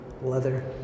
leather